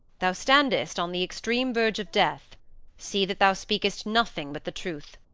thou standest on the extreme verge of death see that thou speakest nothing but the truth,